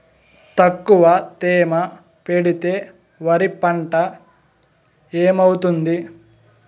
తక్కువ తేమ పెడితే వరి పంట ఏమవుతుంది